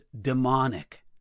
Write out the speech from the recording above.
demonic